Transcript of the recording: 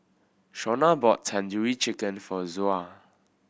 Shaunna bought Tandoori Chicken for Zoa